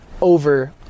over